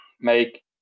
make